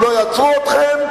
אם לא יעצרו אתכם,